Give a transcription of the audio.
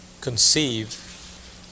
conceive